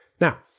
Now